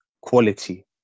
quality